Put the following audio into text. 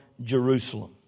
Jerusalem